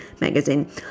magazine